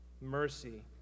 mercy